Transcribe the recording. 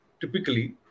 typically